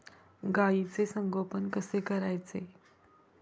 गाईचे संगोपन कसे करायचे?